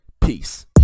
Peace